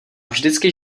vždycky